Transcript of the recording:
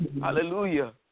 Hallelujah